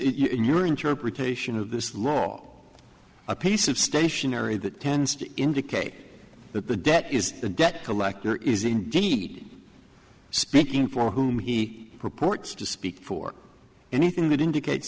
your interpretation of this law a piece of stationery that tends to indicate that the debt is the debt collector is indeed speaking for whom he reports to speak for anything that indicates